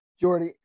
Jordy